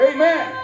Amen